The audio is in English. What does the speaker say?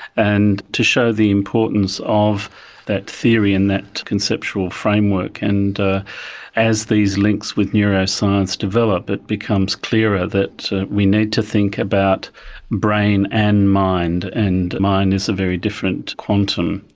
and to show the importance of that theory and that conceptual framework. and as these links with neuroscience develop it becomes clearer that we need to think about brain and mind, and mind is a very different quantum.